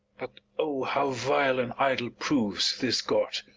but o how vile an idol proves this god!